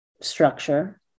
structure